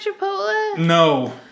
No